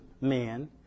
men